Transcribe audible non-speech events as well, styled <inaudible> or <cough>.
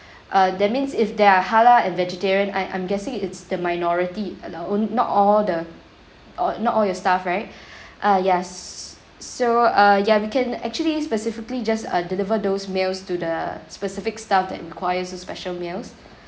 uh that means if there are halal and vegetarian I I'm guessing it's the minority and our own not all the uh not all your staff right <breath> uh ya s~ s~ so uh ya we can actually specifically just uh deliver those meals to the specific staff that requires the special meals